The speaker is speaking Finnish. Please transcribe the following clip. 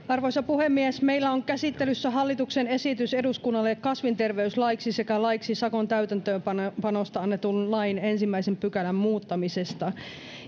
arvoisa puhemies meillä on käsittelyssä hallituksen esitys eduskunnalle kasvinterveyslaiksi sekä laiksi sakon täytäntöönpanosta annetun lain ensimmäisen pykälän muuttamisesta